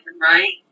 right